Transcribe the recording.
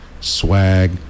swag